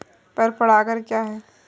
पर परागण क्या है?